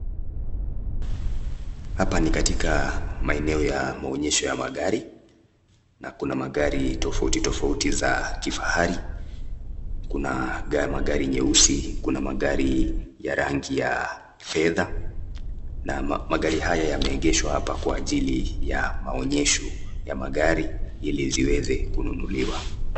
Hapa ni katika maeneo ya maonyesho ya magari, na kuna magari tofauti tofauti za kifahari. Kuna magari meusi, kuna magari ya rangi ya fedha na magari haya yameegeshwa hapa kwa ajili ya maonyesho ya magari ili ziweze kununuliwa.